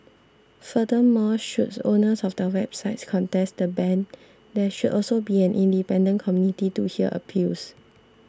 furthermore should owners of the websites contest the ban there should also be an independent committee to hear appeals